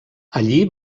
allí